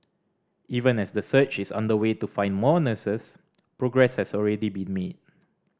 even as the search is underway to find more nurses progress has already been made